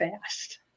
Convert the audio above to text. fast